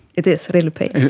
it is real pain.